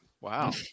Wow